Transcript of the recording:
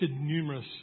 numerous